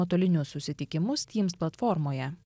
nuotolinius susitikimus teams platformoje